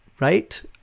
right